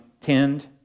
tend